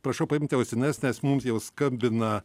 prašau paimti ausines nes mums jau skambina